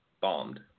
bombed